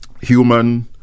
human